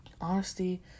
honesty